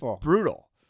brutal